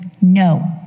no